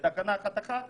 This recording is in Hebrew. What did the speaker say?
בתקנה 1.1,